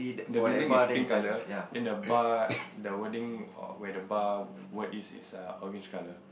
the railing is pink colour then the bar the wording where the bar word is orange colour